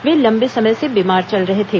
वे लंबे समय से बीमार चल रहे थे